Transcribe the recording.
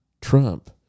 Trump